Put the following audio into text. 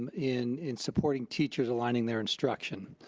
um in in supporting teachers aligning their instruction